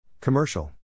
Commercial